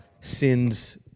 sin's